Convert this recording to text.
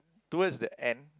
towards the end